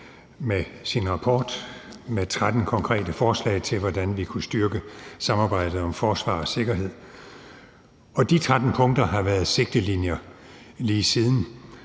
med sin rapport med 13 konkrete forslag til, hvordan vi kunne styrke samarbejdet om forsvar og sikkerhed, og de 13 punkter har været sigtelinjer lige siden,